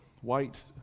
White